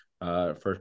first